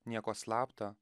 nieko slapta